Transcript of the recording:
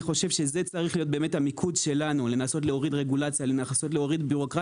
זה צריך להיות המיקוד שלנו לנסות להוריד רגולציה ובירוקרטיה.